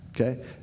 okay